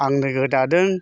आंनो गोदादों